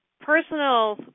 personal